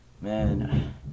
Man